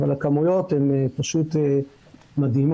אבל הכמויות הן פשוט מדהימות.